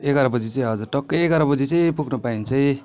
एघारबजे चाहिँ हजुर टक्कै एघारबजे चाहिँ पुग्नु पायो भने चाहिँ